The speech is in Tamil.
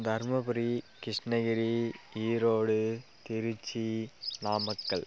தர்மபுரி கிருஷ்ணகிரி ஈரோடு திருச்சி நாமக்கல்